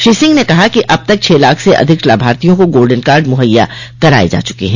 श्री सिंह ने कहा कि अब तक छह लाख से अधिक लाभाथियों को गोल्डन कार्ड मुहैया कराये जा चुके हैं